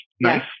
nice